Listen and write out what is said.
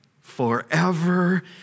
forever